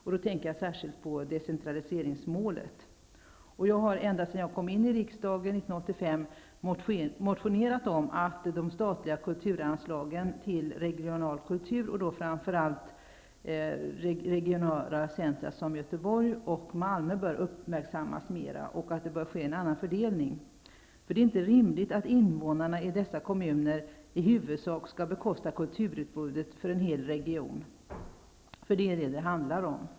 Jag tänker särskilt på decentraliseringsmålet. Ända sedan jag 1985 kom in i riksdagen har jag upprepade gånger i motioner sagt att de statliga kulturanslagen till regional kultur, framför allt i regionala centra som Göteborg och Malmö, bör uppmärksammas mera. Dessutom bör en annan fördelning ske. Det är inte rimligt att invånarna i dessa kommuner i huvudsak skall bekosta kulturutbudet för en hel region. Det är ju vad det handlar om.